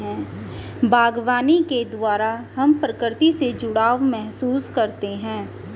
बागवानी के द्वारा हम प्रकृति से जुड़ाव महसूस करते हैं